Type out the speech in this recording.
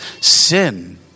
sin